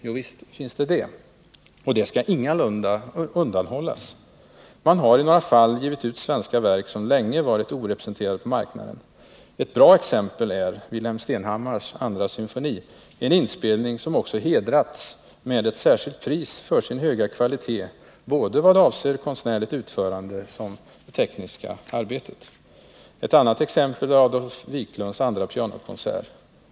Jo, visst finns det det. Och det skall ingalunda undanhållas. Man har i några fall givit ut svenska verk som länge varit orepresenterade på marknaden. Ett bra exempel är Wilhelm Stenhammars andra symfoni, en inspelning som också hedrats med ett särskilt pris för sin höga kvalitet både vad avser konstnärligt utförande och vad avser det tekniska arbetet. Ett annat exempel är Adolf Wiklunds andra pianokonsert.